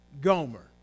Gomer